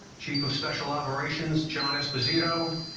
chief of special operations john esposito